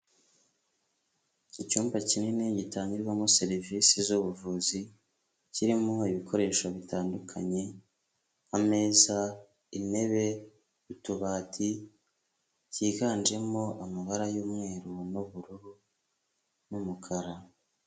Icyumba kinini gitangirwamo serivisi z'ubuvuzi, kirimo ibikoresho bitandukanye, ameza, intebe, utubati, byiganjemo amabara y'umweru n'ubururu n'umukara.